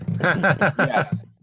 Yes